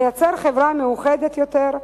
נייצר חברה מאוחדת יותר,